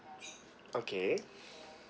okay